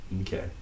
Okay